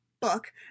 book